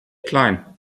klein